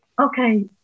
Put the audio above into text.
Okay